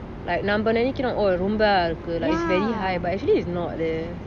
like நம்ப நினைக்கிறோம்:namba nenaikirom like it is very high but actually is not leh